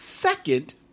second